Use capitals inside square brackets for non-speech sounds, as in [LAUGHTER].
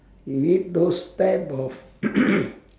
be it those type of [NOISE]